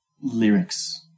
lyrics